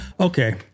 Okay